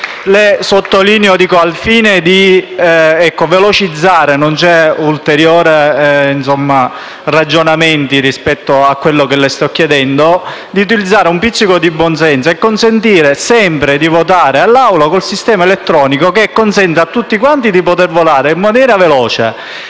le sottolineo, al fine di velocizzare, che non c'è alcun ulteriore ragionamento rispetto a quello che le sto chiedendo. Suggerirei di utilizzare un pizzico di buonsenso nel consentire sempre di votare all'Aula con il sistema elettronico, che consente a tutti di potere votare in maniera veloce,